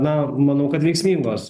na manau kad veiksmingos